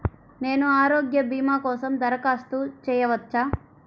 నేను ఆరోగ్య భీమా కోసం దరఖాస్తు చేయవచ్చా?